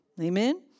Amen